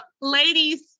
ladies